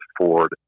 Ford